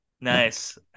Nice